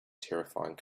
terrifying